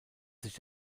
sich